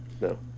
No